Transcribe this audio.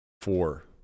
four